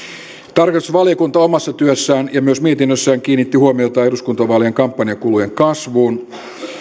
tarkastusvaliokunta omassa työssään ja myös mietinnössään kiinnitti huomiota eduskuntavaalien kampanjakulujen kasvuun